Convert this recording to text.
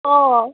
অঁ